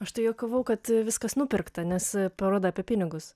aš tai juokavau kad viskas nupirkta nes paroda apie pinigus